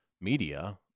media –